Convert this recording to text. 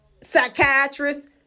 psychiatrist